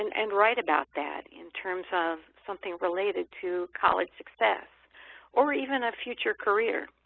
and and write about that, in terms of something related to college success or even a future career.